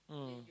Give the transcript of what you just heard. mm